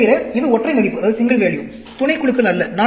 இதைத்தவிர இது ஒற்றை மதிப்பு துணைக்குழுக்கள் அல்ல